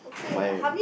my